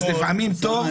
אז לפעמים טוב --- אוסאמה,